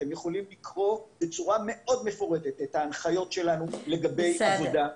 אתם יכולים לקרוא בצורה מאוד מפורטת את הנחיות שלנו לגבי עבודה,